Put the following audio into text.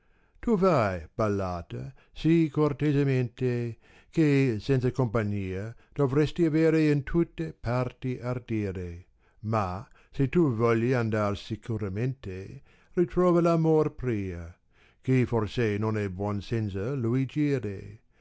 tu vai ballata si cortesemente che senza compagnia dovresti avere in tutte parti ardire ma se tu vogli andar sicuramente ritrova v amor pria che forse non è buon senza lui